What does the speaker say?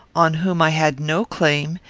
on whom i had no claim,